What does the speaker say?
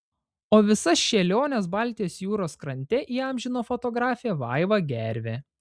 o visas šėliones baltijos jūros krante įamžino fotografė vaiva gervė